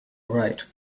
right